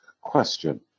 question